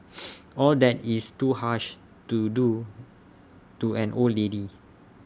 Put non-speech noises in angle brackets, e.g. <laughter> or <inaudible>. <noise> all that is too harsh to do to an old lady